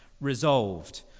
resolved